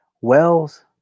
Wells